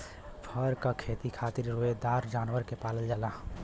फर क खेती खातिर रोएदार जानवर के पालल जाला